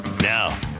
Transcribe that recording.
Now